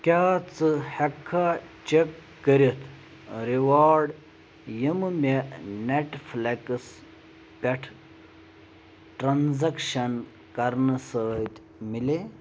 کیٛاہ ژٕ ہیٚکہٕ کھا چیٚک کٔرِتھ ٲں ریواڈ یِم مےٚ نیٚٹ فٕلکس پٮ۪ٹھ ٹرٛانٛزکشن کرنہٕ سۭتۍ میلے